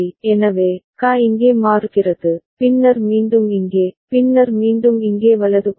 எனவே QA இங்கே மாறுகிறது பின்னர் மீண்டும் இங்கே பின்னர் மீண்டும் இங்கே வலதுபுறம்